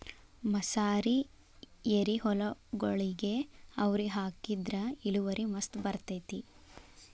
ಮಸಾರಿ ಎರಿಹೊಲಗೊಳಿಗೆ ಅವ್ರಿ ಹಾಕಿದ್ರ ಇಳುವರಿ ಮಸ್ತ್ ಬರ್ತೈತಿ